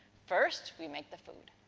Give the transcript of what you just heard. first we make the food,